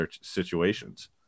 situations